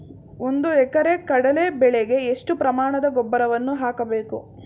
ಒಂದು ಎಕರೆ ಕಡಲೆ ಬೆಳೆಗೆ ಎಷ್ಟು ಪ್ರಮಾಣದ ಗೊಬ್ಬರವನ್ನು ಹಾಕಬೇಕು?